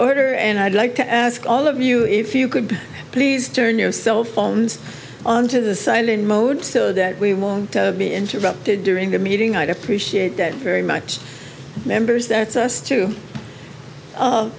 order and i'd like to ask all of you if you could please turn your cell phones on to the silent mode so that we won't be interrupted during the meeting i'd appreciate that very much members that's us too